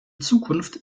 zukunft